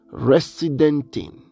residenting